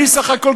אני בסך הכול,